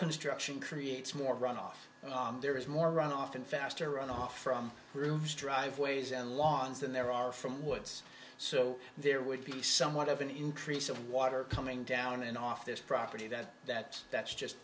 construction creates more runoff there is more runoff and faster on off from roofs driveways and lawns than there are from woods so there would be somewhat of an increase of water coming down and off this property that that that's just